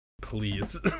please